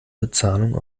bezahlung